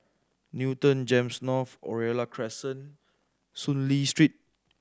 Newton GEMS North Oriole Crescent Soon Lee Street